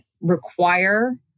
require